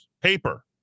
paper